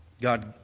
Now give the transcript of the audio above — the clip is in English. God